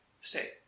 Stay